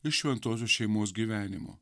iš šventosios šeimos gyvenimo